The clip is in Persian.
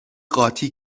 قاطی